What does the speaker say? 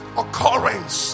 occurrence